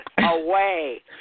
away